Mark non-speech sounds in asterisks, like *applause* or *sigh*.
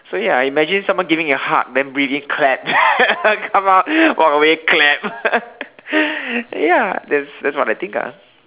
so ya imagine someone giving a hug then breathe in clap *laughs* come out walk away clap *laughs* ya that's that's what I think ah